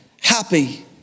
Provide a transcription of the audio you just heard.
happy